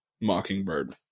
Mockingbird